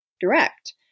direct